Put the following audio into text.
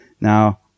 Now